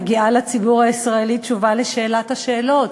מגיעה לציבור הישראלי תשובה על שאלת השאלות,